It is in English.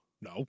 No